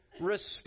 respect